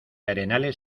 arenales